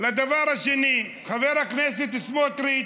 לדבר השני, חבר הכנסת סמוטריץ,